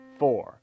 four